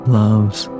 loves